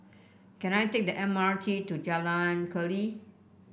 can I take the M R T to Jalan Keli